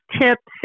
tips